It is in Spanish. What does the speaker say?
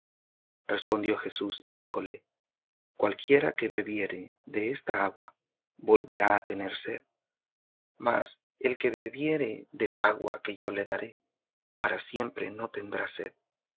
respondió jesús y díjole cualquiera que bebiere de esta agua volverá á tener sed mas el que bebiere del agua que yo le daré para siempre no tendrá sed